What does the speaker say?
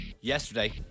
Yesterday